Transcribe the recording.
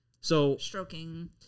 stroking –